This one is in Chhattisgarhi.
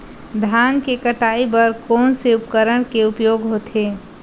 धान के कटाई बर कोन से उपकरण के उपयोग होथे?